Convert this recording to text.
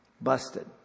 Busted